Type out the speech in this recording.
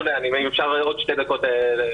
אפשר עוד שתי דקות להתחבר.